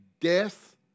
death